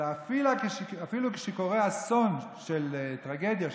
אלא אפילו כשקורה אסון של טרגדיה,